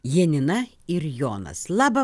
janina ir jonas labą